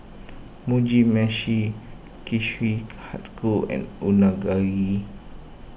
Mugi Meshi Kushikatsu and Unagi